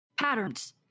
patterns